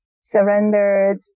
Surrendered